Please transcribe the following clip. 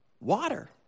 water